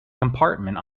compartment